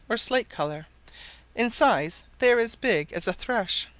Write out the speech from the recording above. or slate colour in size they are as big as a thrush.